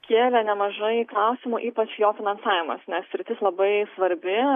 kėlė nemažai klausimų ypač jo finansavimas nes sritis labai svarbi